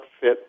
fit